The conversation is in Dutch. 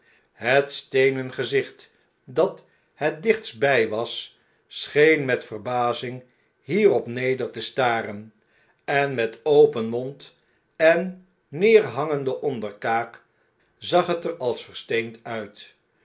het steenen gezicht dat het dichtstbij was scheen met verbazing hierop neder te staren en met open mond en neerhangende onderkaak zag het er als versteend uit